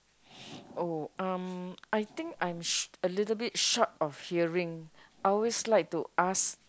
oh um I think I'm sh~ a little bit short of hearing I always like to ask